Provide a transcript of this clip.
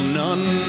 none